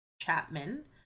Chapman